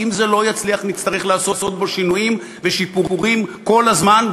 ואם זה לא יצליח נצטרך לעשות בו שינויים ושיפורים כל הזמן,